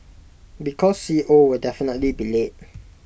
because C O will definitely be late